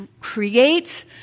create